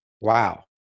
wow